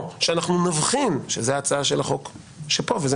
או שאנחנו נבחין שזו הצעת החוק שמונח כאן וזה